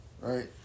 Right